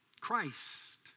Christ